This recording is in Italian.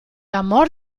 amor